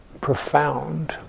profound